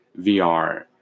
VR